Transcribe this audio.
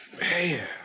Man